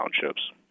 townships